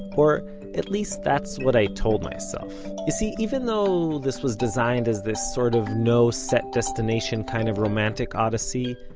or at least that's what i told myself. you see, even though this was designed as this sort of no set destination kind of romantic odyssey,